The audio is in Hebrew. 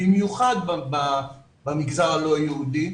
במיוחד במגזר הלא יהודי,